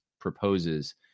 proposes